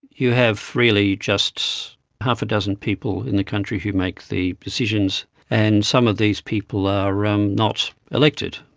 you have really just half a dozen people in the country who make the decisions and some of these people are are um not elected.